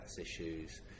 issues